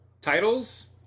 Titles